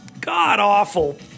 god-awful